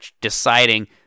deciding